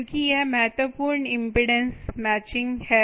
क्योंकि यह महत्वपूर्ण इम्पीडेन्स मैचिंग है